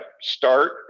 start